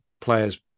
players